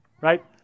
right